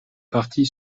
partie